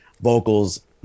vocals